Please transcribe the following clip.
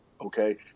Okay